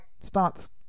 starts